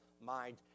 mind